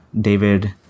David